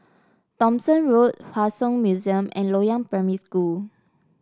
Thomson Road Hua Song Museum and Loyang Primary School